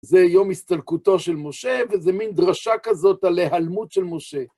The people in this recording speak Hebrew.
זה יום הסתלקותו של משה, וזה מין דרשה כזאת על ההעלמות של משה.